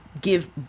give